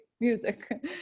music